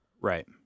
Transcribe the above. right